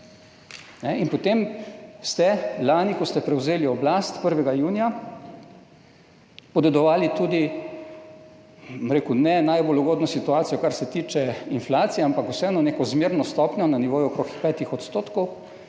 In potem ste lani, ko ste prevzeli oblast, 1. junija, podedovali tudi ne najbolj ugodno situacijo kar se tiče inflacije, ampak vseeno neko zmerno stopnjo na nivoju okrog 5 %,